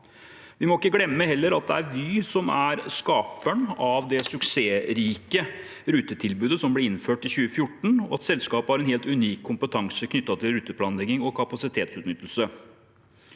heller ikke glemme at det er Vy som er skaperen av det suksessrike rutetilbudet som ble innført i 2014, og at selskapet har en helt unik kompetanse knyttet til ruteplanlegging og kapasitetsutnyttelse.